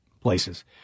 places